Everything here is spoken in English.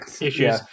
issues